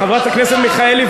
חברת הכנסת מיכאלי,